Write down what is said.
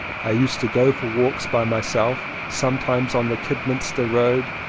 i used to go for walks by myself sometimes on the kidderminster road,